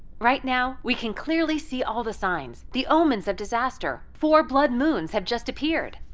right now, we can clearly see all the signs. the omens of disaster four blood moons have just appeared.